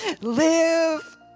Live